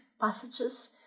passages